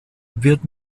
wird